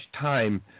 time